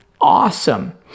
awesome